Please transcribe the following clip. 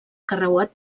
carreuat